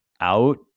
out